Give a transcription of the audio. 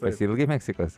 pasiilgai meksikos